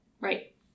Right